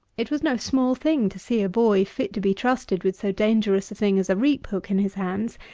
it was no small thing to see a boy fit to be trusted with so dangerous a thing as a reap-hook in his hands,